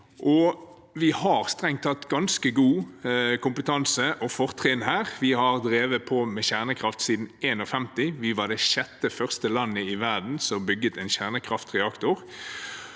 Vi har strengt tatt ganske god kompetanse og fortrinn. Vi har drevet med kjernekraft siden 1951. Vi var det sjette landet i verden som bygget en kjernekraftreaktor,